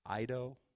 Ido